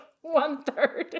One-third